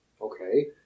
Okay